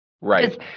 Right